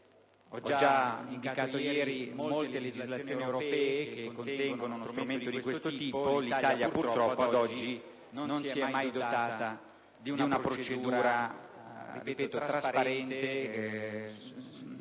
Ho già indicato ieri molte legislazioni europee che contengono uno strumento di questo tipo. L'Italia, purtroppo, fino ad oggi non si è mai dotata di una procedura trasparente